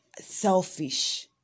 selfish